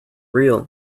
real